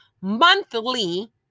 monthly